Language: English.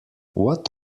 what